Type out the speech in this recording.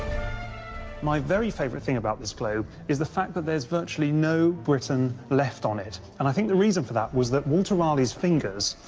my very favourite thing about this globe is the fact that there's virtually no britain left on it, and i think the reason for that is that walter raleigh's fingers,